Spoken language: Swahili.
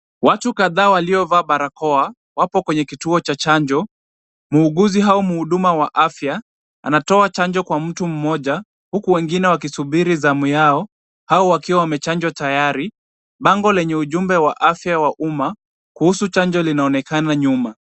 Watu kadhaa waliovaa barakoa wapo katika kituo cha chanjo. Muuguzi au mhudumu wa afya anatoa chanjo kwa mtu mmoja huku wengine wakisubiri zamu yao au wakiwa wamechanjwa tayari. Bango lenye ujumbe wa afya ya umma kuhusu chanjo linaonekana nyuma.